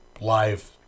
live